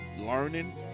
learning